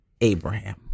Abraham